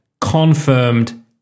Confirmed